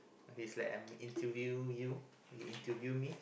is like I am interview you you interview me